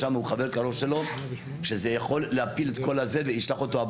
הוא חבר קרוב שלו שזה יכול להפיל את כל זה וישלח אותו הביתה.